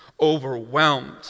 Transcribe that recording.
overwhelmed